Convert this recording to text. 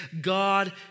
God